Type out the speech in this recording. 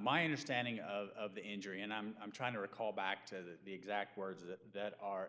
my understanding of the injury and i'm i'm trying to recall back to the exact words that are